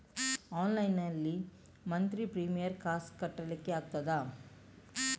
Online ನಲ್ಲಿ monthly premier ಕಾಸ್ ಕಟ್ಲಿಕ್ಕೆ ಆಗ್ತದಾ?